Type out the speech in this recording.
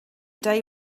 day